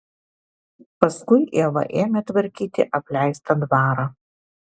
paskui ieva ėmė tvarkyti apleistą dvarą